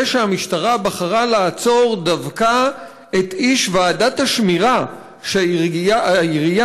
שהמשטרה בחרה לעצור דווקא את איש ועדת השמירה שהעירייה